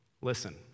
Listen